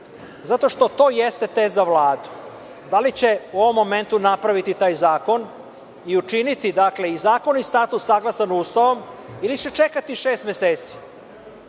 Zato što to jeste test za Vladu - da li će u ovom momentu napraviti taj zakon i učiniti i zakon i statut saglasan Ustavom, ili će čekati šest meseci? Moje